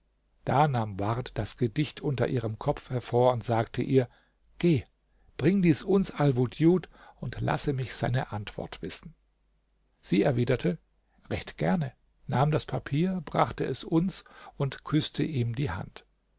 da nahm ward das gedicht unter ihrem kopf hervor und sagte ihr geh bring dies uns alwudjud und lasse mich seine antwort wissen sie erwiderte recht gerne nahm das papier brachte es uns und küßte ihm die hand